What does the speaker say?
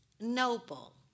noble